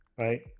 right